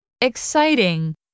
Exciting